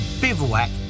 bivouac